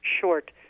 short